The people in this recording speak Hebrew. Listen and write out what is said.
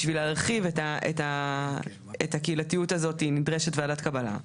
בשביל להרחיב את הקהילתיות הזאת נדרשת ועדת קבלה.